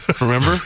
Remember